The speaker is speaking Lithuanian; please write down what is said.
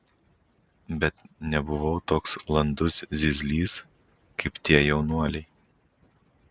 bet nebuvau toks landus zyzlys kaip tie jaunuoliai